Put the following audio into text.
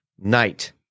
night